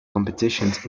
competitions